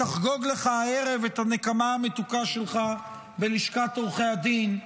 תחגוג לך הערב את הנקמה המתוקה שלך בלשכת עורכי הדין,